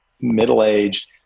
middle-aged